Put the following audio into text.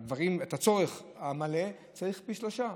הצורך המלא צריך פי שלושה.